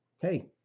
Hey